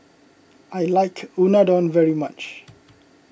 I like Unadon very much